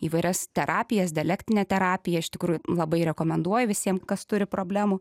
įvairias terapijas dialektinę terapiją iš tikrųjų labai rekomenduoju visiem kas turi problemų